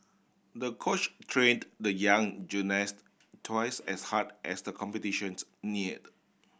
the coach trained the young gymnast twice as hard as the competitions neared